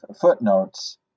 footnotes